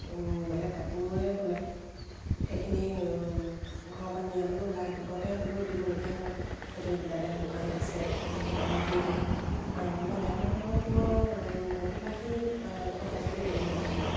বেলেগ কাপোৰেই বলে সেইখিনি ঘৰৰপা নিয়া মানুহ ওলাই গোটতে হ'লেও দিবলগীয়া হয় বেলেগ দোকান আছে দোকানত দিয়ে গৈ মানে গ্ৰাম্য সংগঠনৰ মহিলাখিনি ঘৰত আজিকালি এনেই নেথাকেই